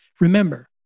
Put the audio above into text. Remember